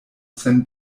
sen